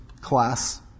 class